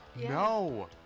No